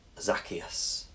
Zacchaeus